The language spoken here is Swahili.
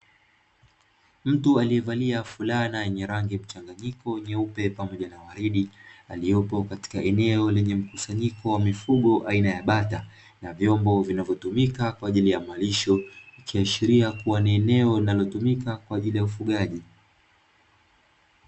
Mtu aliyevalia fulana yenye rangi mchanganyiko nyeupe pamoja na waridi, aliyepo katika eneo lenye mkusanyiko wa mifugo aina ya bata na vyombo vinavyotumika kwa ajili ya malisho, ikiashiria kuwa ni eneo linalotumika kwa ajili ya ufugaji.